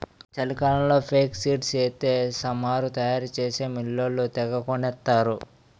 చలికాలంలో ఫేక్సీడ్స్ ఎత్తే సమురు తయారు చేసే మిల్లోళ్ళు తెగకొనేత్తరు